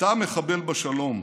אתה מחבל בשלום.